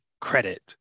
credit